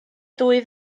dwy